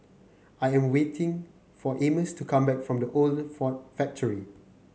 I am waiting for Amos to come back from The Old Ford Factory